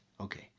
Okay